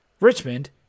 Richmond